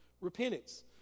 Repentance